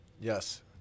Yes